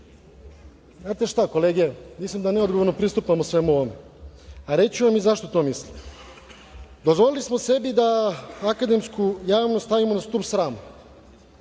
znate šta kolege, mislim da neodgovorno pristupamo svemu ovome. Reći ću vam i zašto to mislim. Dozvolili smo sebi da akademsku javnost stavimo na stub srama.